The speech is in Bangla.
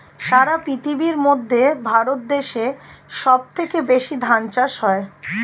সারা পৃথিবীর মধ্যে ভারত দেশে সব থেকে বেশি ধান চাষ হয়